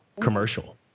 commercial